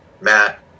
Matt